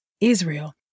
Israel